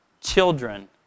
children